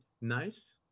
nice